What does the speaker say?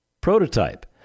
prototype